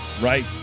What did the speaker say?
Right